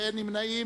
39 בעד.